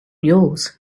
yours